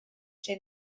lle